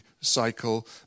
cycle